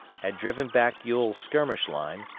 had driven back ewell's skirmish line,